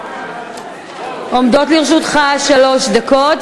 עומדות לרשותך שלוש דקות,